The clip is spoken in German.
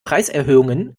preiserhöhungen